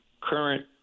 current